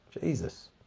Jesus